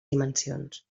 dimensions